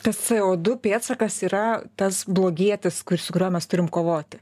tas ce o du pėdsakas yra tas blogietis kuris su kuriuo mes turim kovoti